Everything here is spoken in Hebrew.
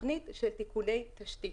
תוכנית של טיפולי תשתית.